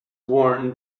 worn